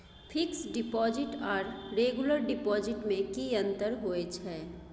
Fix deposit आर regular deposit में की अंतर होय छै?